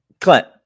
Clint